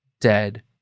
dead